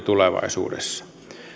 tulevaisuudessa